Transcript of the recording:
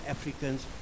Africans